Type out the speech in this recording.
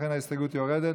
ולכן ההסתייגות יורדת,